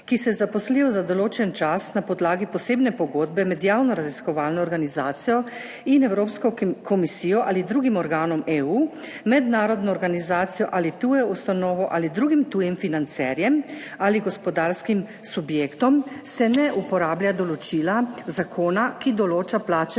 ki se zaposlijo za določen čas na podlagi posebne pogodbe med javno raziskovalno organizacijo in Evropsko komisijo ali drugim organom EU, mednarodno organizacijo ali tujo ustanovo ali drugim tujim financerjem ali gospodarskim subjektom, se ne uporablja določila zakona, ki določa plače